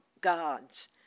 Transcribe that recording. gods